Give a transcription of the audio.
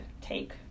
take